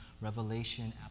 revelation